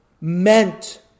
meant